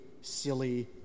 silly